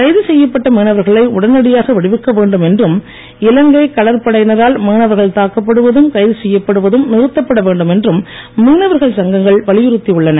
கைது செய்யப்பட்ட மீனவர்களை உடனடியாக விடுவிக்க வேண்டும் என்றும் இலங்கை கடற்படையினரால் மீனவர்கள் தாக்கப்படுவதும் கைது செய்யப்படுவதும் நிறுத்தப்பட வேண்டும் என்று மீனவர் சங்கங்கள் வலியுறுத்தி உள்ளன